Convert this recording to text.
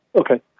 Okay